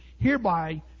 Hereby